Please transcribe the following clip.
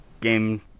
game